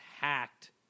hacked